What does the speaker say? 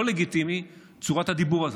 לא לגיטימית צורת הדיבור הזו.